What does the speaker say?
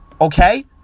okay